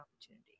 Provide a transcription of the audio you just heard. opportunity